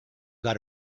got